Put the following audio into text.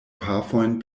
pafojn